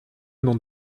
n’en